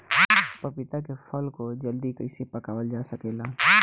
पपिता के फल को जल्दी कइसे पकावल जा सकेला?